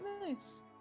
nice